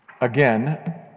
Again